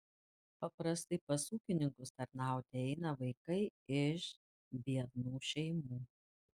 paprastai pas ūkininkus tarnauti eina vaikai iš biednų šeimų